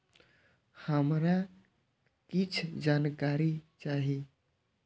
हमरा कीछ जानकारी चाही